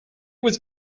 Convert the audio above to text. was